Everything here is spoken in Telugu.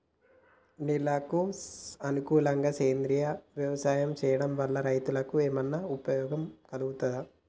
నేలకు అనుకూలంగా సేంద్రీయ వ్యవసాయం చేయడం వల్ల రైతులకు ఏమన్నా ఉపయోగం కలుగుతదా?